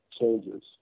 changes